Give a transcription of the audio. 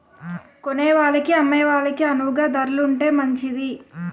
కొనేవాళ్ళకి అమ్మే వాళ్ళకి అణువుగా ధరలు ఉంటే మంచిది